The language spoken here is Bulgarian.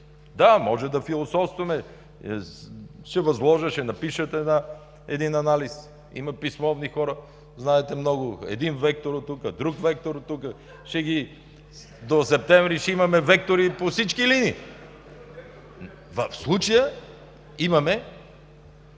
Да, може да философстваме – ще възложа, ще напишат един анализ. Има писмовни хора, знаете, много – един вектор оттук, друг вектор оттук, до септември ще имаме вектори по всички линии. (Шум,